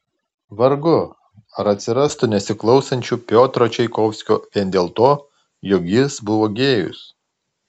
vargu ar atsirastų nesiklausančių piotro čaikovskio vien dėl to jog jis buvo gėjus